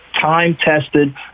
time-tested